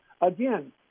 again